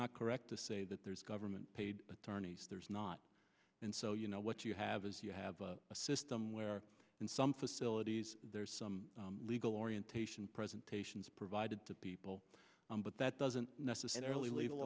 not correct to say that there's government paid attorneys there's not and so you know what you have is you have a system where in some facilities there's some legal orientation presentations provided to people but that doesn't necessarily legal